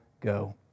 go